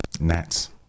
Nats